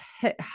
hit